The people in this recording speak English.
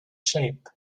shape